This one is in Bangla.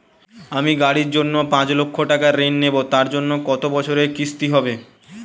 আমি গাড়ির জন্য পাঁচ লক্ষ টাকা ঋণ নেবো তার জন্য কতো বছরের কিস্তি হবে?